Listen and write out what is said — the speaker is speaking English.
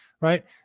right